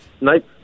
Nope